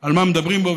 על מה מדברים בו.